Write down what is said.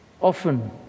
often